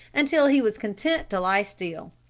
until he was content to lie still.